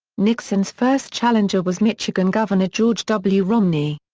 nixon's first challenger was michigan governor george w. romney.